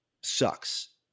sucks